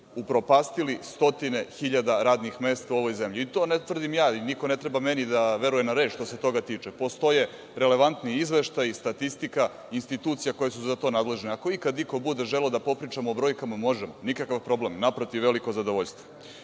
upropastili stotine hiljada radnih mesta u ovoj zemlji. To ne tvrdim ja i niko ne treba meni da veruje na reč što se toga tiče, postoje relevantni izveštaji i statistika institucija koje su za to nadležne. Ako ikad iko bude želeo da popričamo o brojkama, možemo, nikakav problem, naprotiv, veliko zadovoljstvo. Neobično